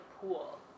pool